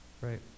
Right